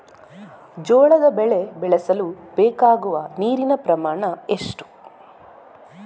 ಜೋಳದ ಬೆಳೆ ಬೆಳೆಸಲು ಬೇಕಾಗುವ ನೀರಿನ ಪ್ರಮಾಣ ಎಷ್ಟು?